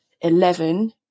eleven